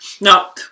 Now